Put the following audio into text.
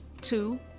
two